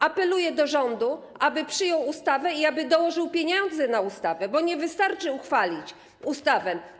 Apeluję do rządu, aby przyjął ustawę i aby dołożył pieniędzy na ustawę, bo nie wystarczy uchwalić ustawy.